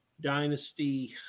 dynasty